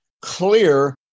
clear